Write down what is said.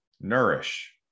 nourish